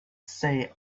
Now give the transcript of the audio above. say